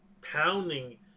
pounding